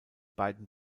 beiden